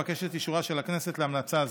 אבקש את אישורה של הכנסת להמלצה זו.